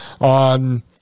on